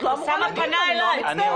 קשיים.